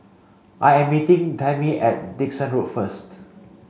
I am meeting Tammy at Dickson Road first